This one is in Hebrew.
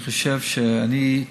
אני חושב שאני,